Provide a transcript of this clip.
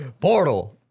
Portal